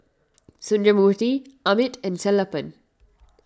Sundramoorthy Amit and Sellapan